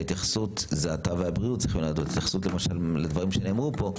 אתה והבריאות צריכים לדון בהתייחסות לדברים שנאמרו פה.